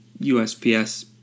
USPS